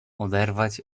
oderwać